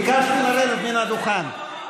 זמנך תם.